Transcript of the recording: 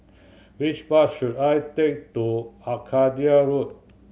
which bus should I take to Arcadia Road